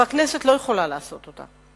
והכנסת לא יכולה לעשות זאת,